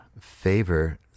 favor